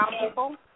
people